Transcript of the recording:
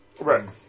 right